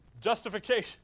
Justification